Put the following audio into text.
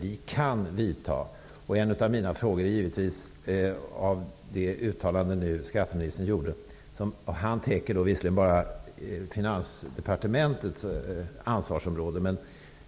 Med anledning av det uttalande som skatteministern här gjort -- visserligen täcker skatteministern bara Finansdepartementets ansvarsområde, men